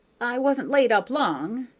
i wasn't laid up long,